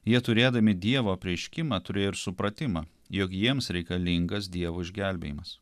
jie turėdami dievo apreiškimą turėjo ir supratimą jog jiems reikalingas dievo išgelbėjimas